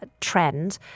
trend